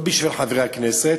לא בשביל חברי הכנסת,